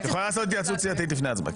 את יכולה לעשות התייעצות סיעתית לפני ההצבעה.